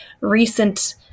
recent